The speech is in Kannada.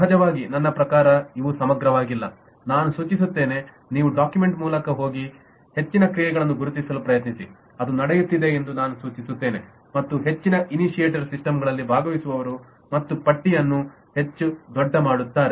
ಸಹಜವಾಗಿ ನನ್ನ ಪ್ರಕಾರ ಇವು ಸಮಗ್ರವಾಗಿಲ್ಲ ನಾನು ಸೂಚಿಸುತ್ತೇನೆ ನೀವು ಡಾಕ್ಯುಮೆಂಟ್ ಮೂಲಕ ಹೋಗಿ ಮತ್ತು ಹೆಚ್ಚಿನ ಕ್ರಿಯೆಗಳನ್ನು ಗುರುತಿಸಲು ಪ್ರಯತ್ನಿಸಿ ಅದು ನಡೆಯುತ್ತಿದೆ ಎಂದು ನಾನು ಸೂಚಿಸುತ್ತೇನೆ ಮತ್ತು ಹೆಚ್ಚಿನ ಇನಿಶಿಯೇಟರ್ ಸಿಸ್ಟಮಲ್ಲಿ ಭಾಗವಹಿಸುವವರು ಮತ್ತು ಪಟ್ಟಿಯನ್ನು ಹೆಚ್ಚು ದೊಡ್ಡ ಮಾಡುತ್ತಾರೆ